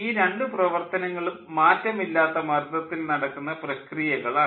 ഈ രണ്ടു പ്രവർത്തനങ്ങളും മാറ്റമില്ലാത്ത മർദ്ദത്തിൽ നടക്കുന്ന പ്രക്രിയകൾ ആണ്